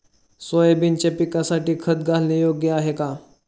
सोयाबीनच्या पिकासाठी खत घालणे योग्य आहे का?